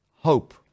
hope